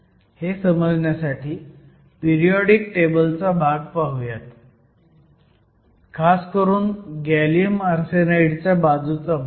हे समजण्यासाठी पिरियोडिक टेबलचा भाग पाहुयात खासकरून गॅलियम आर्सेनाईडच्या बाजूचा भाग